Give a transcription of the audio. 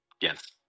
Yes